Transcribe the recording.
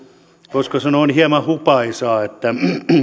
voisiko sanoa on hieman hupaisaa että